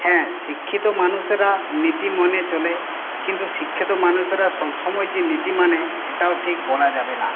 হ্যাঁ শিক্ষিত মানুষেরা নীতি মেনে চলে কিন্তু শিক্ষিত মানুষেরা সবসময় যে নীতি মানে এটাও ঠিক বলা যাবে না